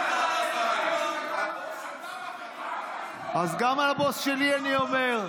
שלך, אז גם על הבוס שלי אני אומר.